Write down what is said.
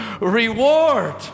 reward